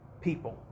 people